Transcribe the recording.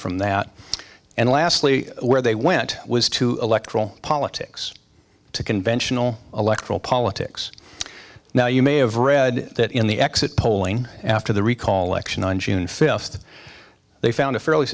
from that and lastly where they went was to electoral politics to conventional electoral politics now you may have read that in the exit polling after the recall election on june fifth they found a fairly